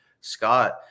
Scott